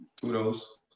kudos